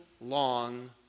long